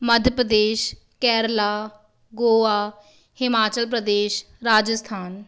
Madhya Pradesh Kerala Goa Himachal Pradesh Rajasthan